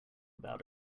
about